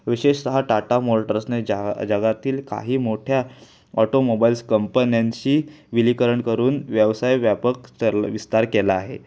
विशेषतः टाटा मोलट्रसने जागा जगातील काही मोठ्या ऑटोमोबाईल्स कंपन्यांशी विनिकरण करून व्यवसाय व्यापक चाललं विस्तार केला आहे